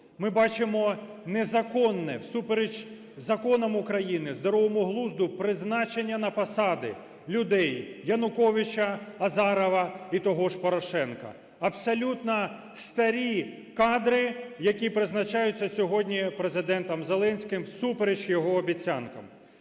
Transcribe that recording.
Ми бачимо незаконне, всупереч законам України, здоровому глузду призначення на посади людей Януковича, Азарова і того ж Порошенка. Абсолютно старі кадри, які призначаються сьогодні Президентом Зеленським всупереч його обіцянкам.